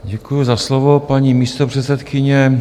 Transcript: Děkuju za slovo, paní místopředsedkyně.